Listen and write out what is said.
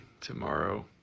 tomorrow